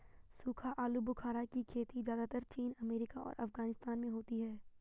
सूखा आलूबुखारा की खेती ज़्यादातर चीन अमेरिका और अफगानिस्तान में होती है